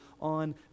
on